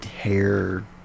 hair